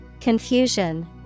Confusion